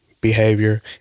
behavior